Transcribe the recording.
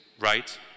right